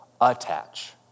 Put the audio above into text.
attach